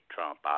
Trump